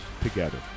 together